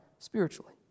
spiritually